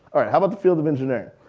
how about the field of engineering.